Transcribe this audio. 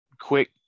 Quick